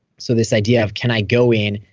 so this idea of, can i go in,